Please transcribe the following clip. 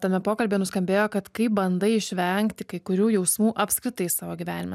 tame pokalbyje nuskambėjo kad kai bandai išvengti kai kurių jausmų apskritai savo gyvenime